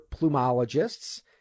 plumologists